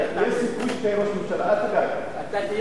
יש סיכוי שתהיה ראש הממשלה, אל תדאג.